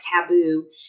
taboo